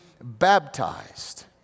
baptized